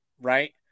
right